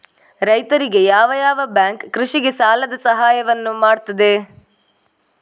ರೈತರಿಗೆ ಯಾವ ಯಾವ ಬ್ಯಾಂಕ್ ಕೃಷಿಗೆ ಸಾಲದ ಸಹಾಯವನ್ನು ಮಾಡ್ತದೆ?